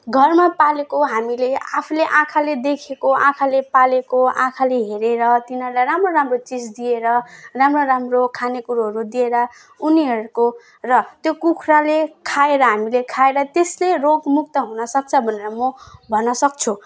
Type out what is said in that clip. घरमा पालेको हामीले आफूले आँखाले देखेको आँखाले पालेको आँखाले हेरेर तिनीहरूलाई राम्रो राम्रो चिज दिएर राम्रो राम्रो खानेकुरोहरू दिएर उनीहरूको र त्यो कुखुराले खाएर हामीले खाएर त्यसले रोगमुक्त हुनसक्छ भनेर म भन्न सक्छु